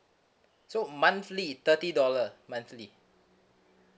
so monthly it thirty dollar monthly